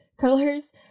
colors